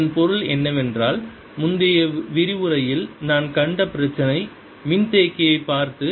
இதன் பொருள் என்னவென்றால் முந்தைய விரிவுரையில் நான் கண்ட பிரச்சினை மின்தேக்கியைப் பார்த்தது